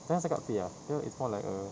jangan cakap pay ah you know it's more like a